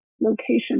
location